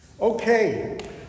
Okay